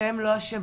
אתם לא אשמים,